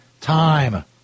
Time